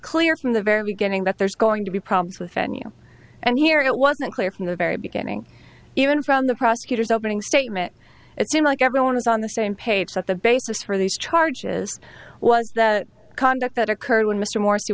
clear from the very beginning that there's going to be problems with venue and here it wasn't clear from the very beginning even from the prosecutor's opening statement it seemed like everyone was on the same page that the basis for these charges was that conduct that occurred when mr mor